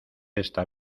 esta